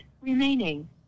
remaining